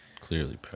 clearly